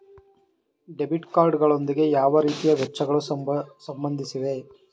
Debit card ಗಳೊಂದಿಗೆ ಯಾವ ರೀತಿಯ ವೆಚ್ಚಗಳು ಸಂಬಂಧಿಸಿವೆ?